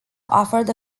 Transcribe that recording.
offered